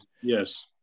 Yes